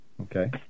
Okay